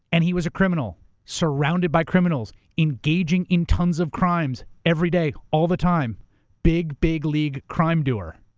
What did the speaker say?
and he was a criminal surrounded by criminals, engaging in tons of crimes every day, all the time big, big league crime doer,